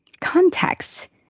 context